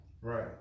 Right